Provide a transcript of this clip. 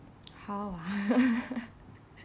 how ah